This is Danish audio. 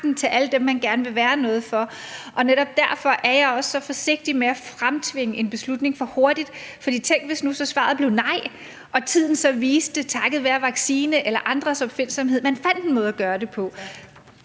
til alle dem, man gerne vil være noget for. Og netop derfor er jeg også så forsigtig med at fremtvinge en beslutning for hurtigt, for tænk nu, hvis svaret blev et nej og tiden så viste – takket være en vaccine eller andres opfindsomhed – at man fandt en måde at gøre det på.